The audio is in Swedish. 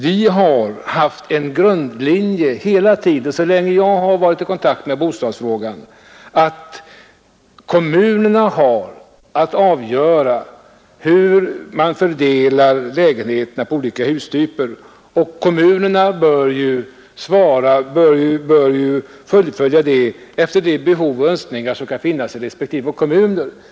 Så länge jag har varit i kontakt med bostadsfrågan har vi haft en grundlinje hela tiden: att kommunerna har att avgöra hur man skall fördela lägenheterna på olika hustyper. Kommunerna bör fullfölja bostadsbyggandet efter de behov och önskningar som kan finnas i respektive kommuner.